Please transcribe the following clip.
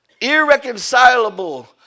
irreconcilable